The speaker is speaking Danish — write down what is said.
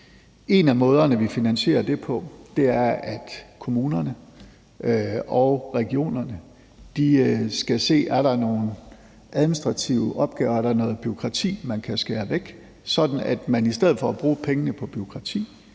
En af måderne, vi finansierer det på, er, at kommunerne og regionerne skal se, om der er nogen administrative opgaver, noget bureaukrati, man kan skære væk, sådan at man i stedet for at bruge pengene på bureaukrati